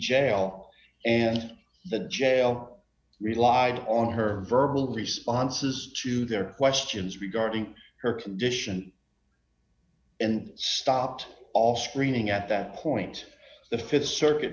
jail and the jail relied on her verbal responses to their questions regarding her condition and stopped all screaming at that point the th circuit